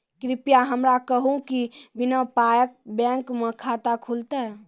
कृपया हमरा कहू कि बिना पायक बैंक मे खाता खुलतै?